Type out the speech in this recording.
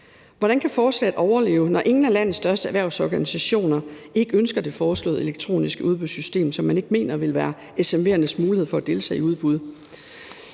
Hvordan kan forslaget overleve, når ingen af landets største erhvervsorganisationer ønsker det foreslåede elektroniske udbudssystem, som man ikke mener vil øge SMV'ernes mulighed for at deltage i udbud.